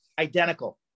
identical